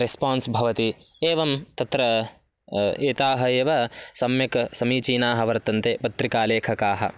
response भवति एवं तत्र एताः एव सम्यक् समीचीनाः वर्तन्ते पत्रिकालेखकाः